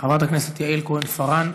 חברת הכנסת יעל כהן-פארן,